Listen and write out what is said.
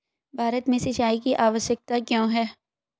भारत में सिंचाई की आवश्यकता क्यों है?